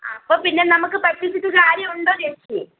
അപ്പോൾ പിന്നെ നമുക്ക് പറ്റിച്ചിട്ട് കാര്യം ഉണ്ടോ ചേച്ചി